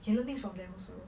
can learn thing from them also